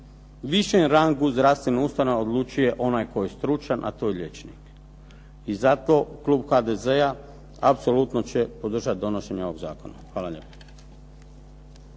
višem rangu zdravstvenih ustanova odlučuje onaj tko je stručan, a to je liječnik. I zato klub HDZ-a apsolutno će podržat donošenje ovog zakona. Hvala lijepo.